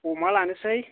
अमा लानोसै